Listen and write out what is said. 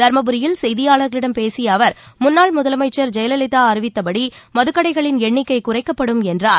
தர்மபுரியில் செய்தியாளர்களிடம் பேசிய அவர் முன்னாள் முதலமைச்சர் ஜெயலலிதா அறிவித்தபடி மதுக்கடைகளின் எண்ணிக்கை குறைக்கப்படும் என்றார்